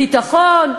הביטחון,